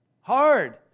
hard